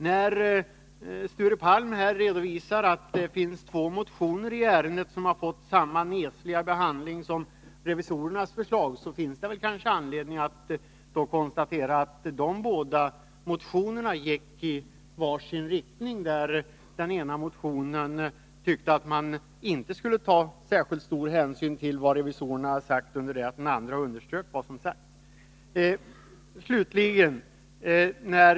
När Sture Palm redovisar att de två motionerna i ärendet har fått samma nesliga behandling som revisorernas förslag, finns det kanske anledning att konstatera att de båda motionerna går i var sin riktning. Den ena motionen tyckte att man inte skulle ta särskilt stor hänsyn till vad revisorerna har sagt, under det att den andra motionen underströk deras uttalanden.